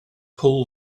pull